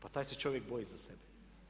Pa taj se čovjek boji za sebe.